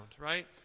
right